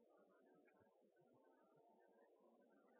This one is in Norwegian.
Der